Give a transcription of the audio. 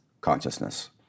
consciousness